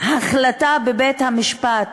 החלטה בבית-המשפט